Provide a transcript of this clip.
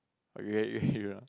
I got you here